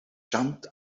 jumped